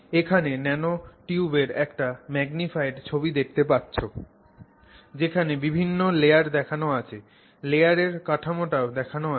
এখানে ন্যানোটিউবের একটা ম্যাগনিফাইড ছবি দেখতে পাচ্ছ যেখানে বিভিন্ন লেয়ার দেখানো আছে লেয়ারের কাঠামোটাও দেখানো আছে